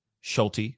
Schulte